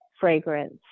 fragrance